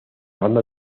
banda